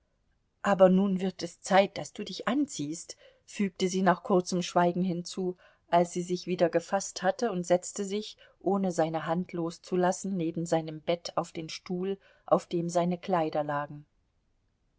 aber nun wird es zeit daß du dich anziehst fügte sie nach kurzem schweigen hinzu als sie sich wieder gefaßt hatte und setzte sich ohne seine hand loszulassen neben seinem bett auf den stuhl auf dem seine kleider